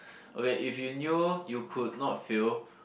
okay if you knew you could not fail